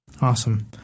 awesome